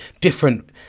different